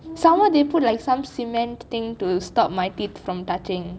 some more they put like some cement thing to stop my teeth from touching